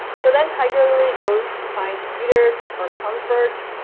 so then tiger lily goes to find peter for comfort,